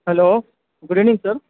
hello good evening sir